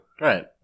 right